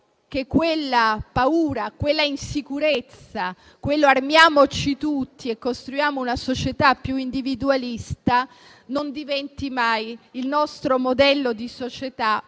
che quella paura, quell'insicurezza e quell'armiamoci tutti e costruiamo una società più individualista non diventi mai il nostro modello di società.